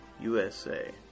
USA